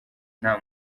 nta